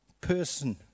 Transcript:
person